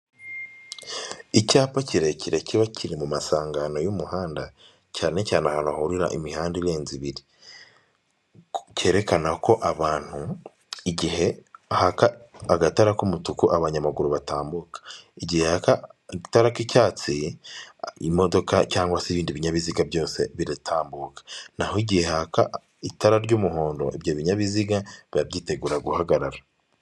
Icyapa kirekire kiba kiri mu masangano y'umuhanda, cyane cyane ahantu hahurira imihanda irenzeri kerekana ko abantu igihe agatara k'umutuku abanyamaguru batambuka, igihe haka agatara k'icyatsi imodoka cyangwa se ibindi binyabiziga byose biratambuka, naho igihe haka itara ry'umuhondo ibyo binyabiziga bibabyitegura guhagarara.